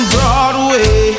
Broadway